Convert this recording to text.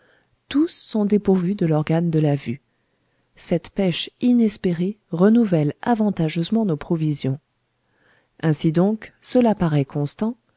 tous sont dépourvus de l'organe de la vue cette pêche inespérée renouvelle avantageusement nos provisions ainsi donc cela paraît constant